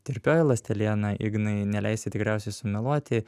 tirpioji ląsteliena ignai neleisi tikriausiai sumeluoti